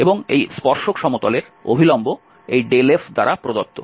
এবং এই স্পর্শক সমতলের অভিলম্ব এই f দ্বারা প্রদত্ত